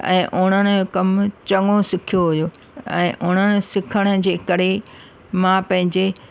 ऐं उणण जो कमु चङो सिखियो हुओ ऐं उणणु सिखण जे करे मां पंहिंजे